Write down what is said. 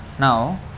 Now